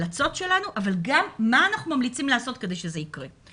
אבל גם מה אנחנו ממליצים לעשות כדי שזה יקרה.